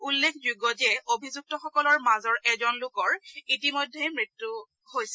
উল্লেখযোগ্য যে অভিযুক্তসকলৰ মাজৰ এজন লোকৰ ইতিমধ্যে মৃত্যু ঘটিছে